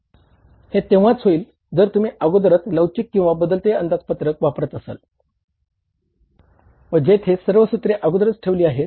हे तेंव्हाच होईल जर तुम्ही अगोदरच लवचिक किंवा बदलते अंदाजपत्रक वापरत असाल व जेथे सर्व सूत्रे अगोदरच ठेवलेली आहेत